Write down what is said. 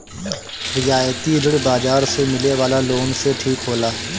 रियायती ऋण बाजार से मिले वाला लोन से ठीक होला